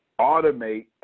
automate